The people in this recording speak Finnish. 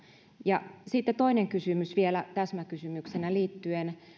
ja sitten toinen kysymys vielä täsmäkysymyksenä liittyen